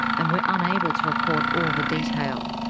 and we're unable to report all the detail.